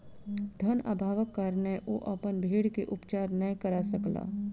धन अभावक कारणेँ ओ अपन भेड़ के उपचार नै करा सकला